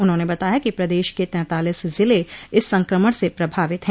उन्होंने बताया कि प्रदेश के तैंतालीस जिले इस संक्रमण से प्रभावित है